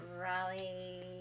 Raleigh